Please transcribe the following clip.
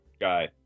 guy